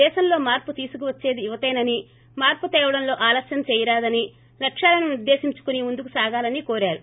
దేశంలో మార్పు తీసుకువచ్చేది యువతేనని మార్పు తేవడంలో ఆలస్యం చేయరాదని లక్ష్యాలను నిర్గేశించుకుని ముందుకు సాగాలని కోరారు